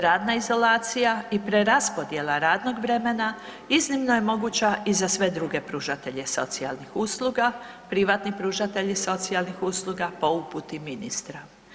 Radna izolacija i preraspodjela radnog vremena iznimno je moguća i za sve druge pružatelje socijalnih usluga, privatni pružatelji socijalnih usluga po uputi ministra.